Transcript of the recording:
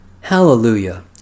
Hallelujah